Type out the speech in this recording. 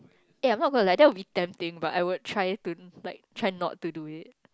eh I'm not going like that will be damn pain but I will try to like try not to do it